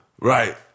Right